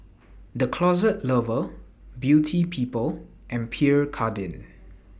The Closet Lover Beauty People and Pierre Cardin